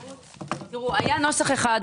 היה נוסח אחד,